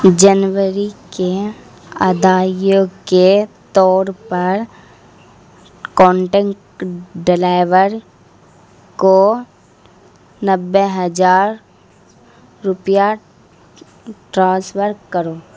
جنوری کے ادائیگیوں کے طور پر کانٹینک ڈلائیور کو نوے ہزار روپیہ ٹرانسفر کرو